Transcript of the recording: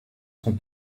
sont